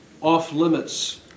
off-limits